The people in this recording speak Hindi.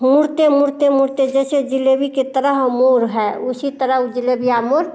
मुड़ते मुड़ते मुड़ते जैसे जिलेबी की तरह मोड़ है उसी तरह वह जिलेबिया मोड़